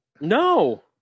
No